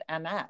MS